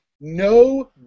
No